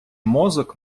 мозок